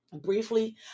briefly